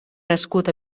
nascut